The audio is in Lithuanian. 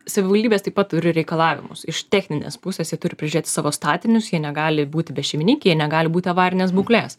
savivaldybės taip pat turi reikalavimus iš techninės pusės jie turi prižiūrėti savo statinius jie negali būti bešeimininkiai jie negali būti avarinės būklės